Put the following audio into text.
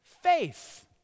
faith